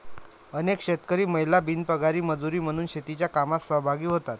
अनेक शेतकरी महिला बिनपगारी मजुरी म्हणून शेतीच्या कामात सहभागी होतात